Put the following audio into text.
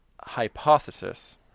hypothesis